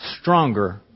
stronger